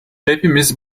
hepimiz